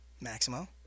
Maximo